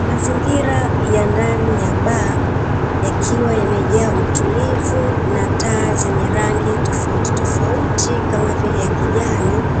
Mazingira ya ndani ya baa, yakiwa yamejaa utulivu na taa zenye rangi tofautitofauti, kama vile ya kijani,